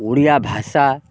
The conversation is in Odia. ଓଡ଼ିଆ ଭାଷା